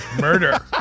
Murder